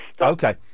Okay